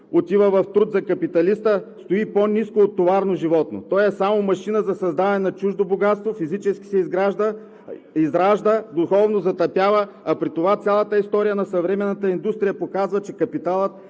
отива в труд за капиталиста, стои по-ниско от товарно животно. Той е само машина за създаване на чуждо богатство, физически се изражда, духовно затъпява. А при това цялата история на съвременната индустрия показва, че капиталът,